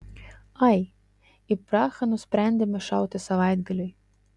ai į prahą nusprendėme šauti savaitgaliui